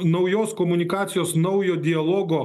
naujos komunikacijos naujo dialogo